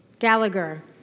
Gallagher